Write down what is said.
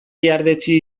ihardetsi